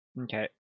Okay